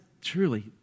truly